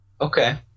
Okay